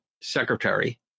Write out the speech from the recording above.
secretary